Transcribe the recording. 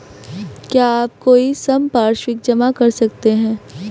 क्या आप कोई संपार्श्विक जमा कर सकते हैं?